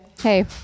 hey